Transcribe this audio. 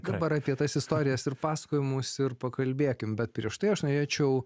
dabar apie tas istorijas ir pasakojimus ir pakalbėkim bet prieš tai aš norėčiau